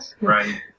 Right